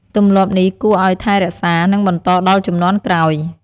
ទម្លាប់នេះគួរឱ្យថែរក្សា និងបន្តដល់ជំនាន់ក្រោយ។